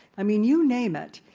i mean, you name it.